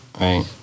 right